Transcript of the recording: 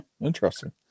Interesting